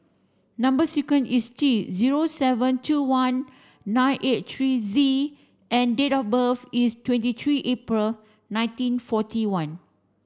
number sequence is T zero seven two one nine eight three Z and date of birth is twenty three April nineteen forty one